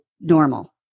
normal